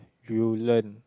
you learn